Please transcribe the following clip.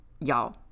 Y'all